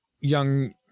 Young